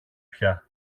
πια